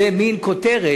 זה מין כותרת,